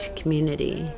community